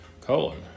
colon